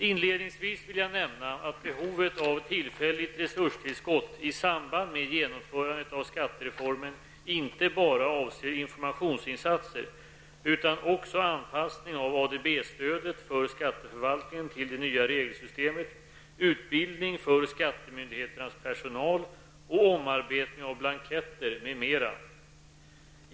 Inledningsvis vill jag nämna att behovet av tillfälligt resurstillskott i samband med genomförandet av skattereformen inte bara avser informationsinsatser, utan också anpassning av ADB-stödet för skatteförvaltningen till det nya regelsystemet, utbildning för skattemyndigheternas personal och omarbetning av blanketter m.m.